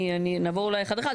נעבור אולי אחד אחד,